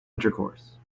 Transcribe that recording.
intercourse